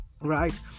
right